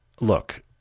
Look